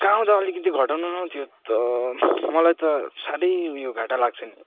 कहाँ हौ दा अलिकति घटाउनु न हौ त्यो त मलाई त साह्रै उयो घाटा लाग्छ नि